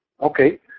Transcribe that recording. Okay